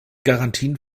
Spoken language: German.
garantien